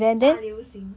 大流行